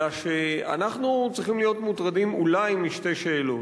אלא שאנחנו צריכים להיות מוטרדים אולי משתי שאלות.